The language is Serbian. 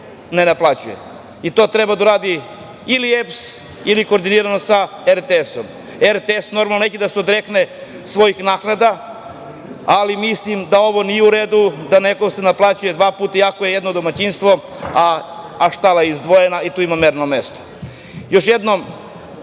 ne naplaćuje. I to treba da uradi ili EPS ili koordinirano sa RTS.Radio televizija Srbije normalno neće da se odrekne svojih naknada, ali mislim da nije u redu da se nekom naplaćuje dva puta, iako je jedno domaćinstvo, a štala izdvojena i tu ima merno mesto. Još jednom